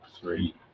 three